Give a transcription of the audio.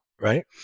right